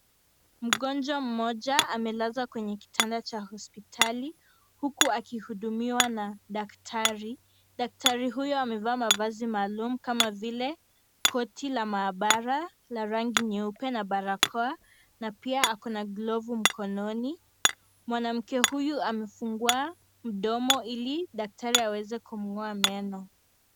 Mgonjwa moja amelazwa katika kitanda cha hospitali huku akihudumiwa na daktari, daktari huyu amevaa mavazi maalum kama vile koti la maabara la rangi nyeupe na barakoa na pia ako na glovu mikononi, mwanamke huyu amefungua mdomo ili daktari aweze kumng'oa meno.